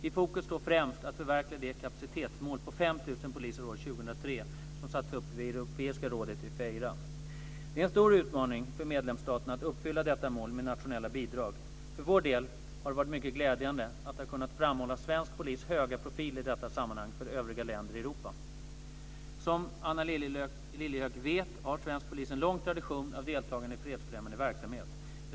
I fokus står främst att förverkliga det kapacitetsmål på 5 000 poliser år 2003 som sattes upp vid Europeiska rådet i Feira. Det är en stor utmaning för medlemsstaterna att uppfylla detta mål med nationella bidrag. För vår del har det varit mycket glädjande att ha kunnat framhålla svensk polis höga profil i dessa sammanhang för övriga länder i Som Anna Lilliehöök vet har svensk polis en lång tradition av deltagande i fredsfrämjande verksamhet.